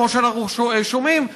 כמו שאנחנו שומעים,